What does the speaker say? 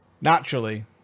Naturally